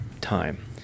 time